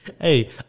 Hey